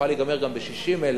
יכולה להיגמר גם ב-60,000,